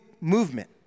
movement